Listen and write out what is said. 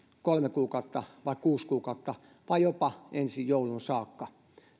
kolme kuukautta vai kuusi kuukautta vai jopa ensi jouluun saakka